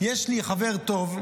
יש לי חבר טוב,